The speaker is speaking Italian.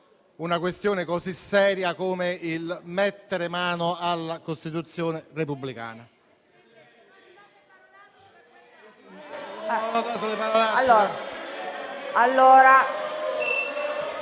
una questione così seria come mettere mano alla Costituzione repubblicana…